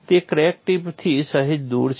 તે ક્રેક ટિપથી સહેજ દૂર છે